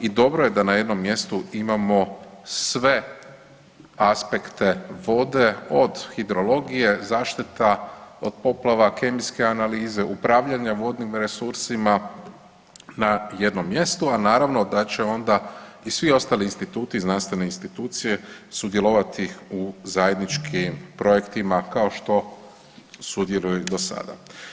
I dobro je da na jednom mjestu imamo sve aspekte vode, od hidrologije, zaštita od poplava, kemijske analize, upravljanja vodnim resursima na jednom mjestu, a naravno da će onda i svi ostali instituti i znanstvene institucije sudjelovati u zajedničkim projektima kao što sudjeluju i do sada.